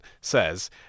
says